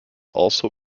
also